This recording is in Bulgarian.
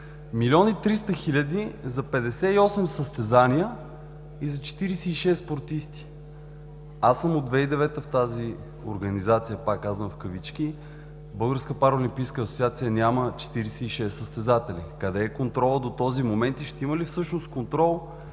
милион и 300 хиляди за 58 състезания и за 46 спортисти. Аз съм от 2009 г. в тази „организация“ и Българска параолимпийска организация няма 46 състезатели. Къде е контролът до този момент и ще има ли всъщност контрол